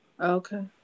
Okay